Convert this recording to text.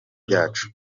byacu